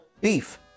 beef